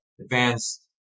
advanced